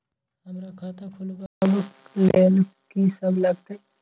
हमरा खाता खुलाबक लेल की सब लागतै?